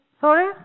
Sorry